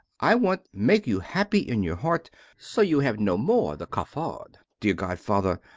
i want make you happy in your heart so you have no more the cafard. dear godfather,